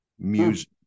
music